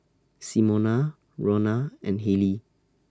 Simona Ronna and Halie